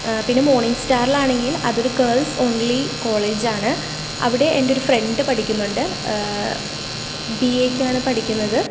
പിന്നെ മോർണിങ് സ്റ്റാറിലാണെങ്കിൽ അതൊരു ഗേൾസ് ഒൺളീ കോളേജ് ആണ് അവിടെ എൻ്റെ ഒരു ഫ്രെണ്ട് പഠിക്കുന്നുണ്ട് ബിയേക്കാണ് പഠിക്കുന്നത്